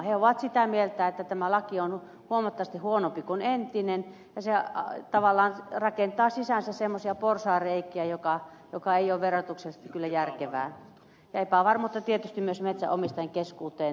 he ovat sitä mieltä että tämä laki on huomattavasti huonompi kuin entinen ja se tavallaan rakentaa sisäänsä semmoisia porsaanreikiä mikä ei ole verotuksellisesti kyllä järkevää ja aiheuttaa tietysti myös epävarmuutta metsänomistajien keskuuteen